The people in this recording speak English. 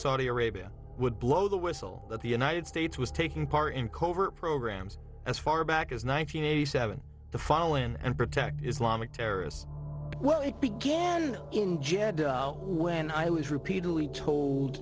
saudi arabia would blow the whistle that the united states was taking part in covert programs as far back as one nine hundred eighty seven the fall and protect islamic terrorists well it began in jeddah when i was repeatedly told